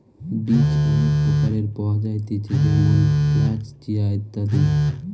বীজ অনেক প্রকারের পাওয়া যায়তিছে যেমন ফ্লাক্স, চিয়া, ইত্যাদি